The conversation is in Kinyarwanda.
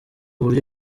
uburyo